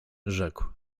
rzekł